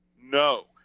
No